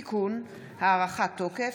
(תיקון) (הארכת תוקף),